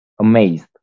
amazed